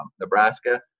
Nebraska